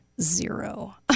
zero